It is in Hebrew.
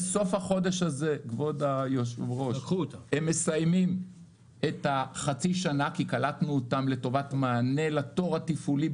בסוף החודש הזה הם מסיימים חצי שנה כי קלטנו אותם לטובת מענה להפחתת